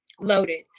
loaded